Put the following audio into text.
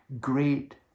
great